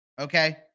Okay